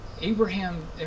Abraham